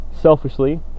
Selfishly